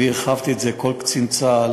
והרחבתי את זה: כל קצין צה"ל